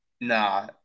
nah